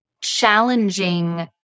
challenging